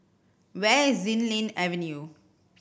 where is Xilin Avenue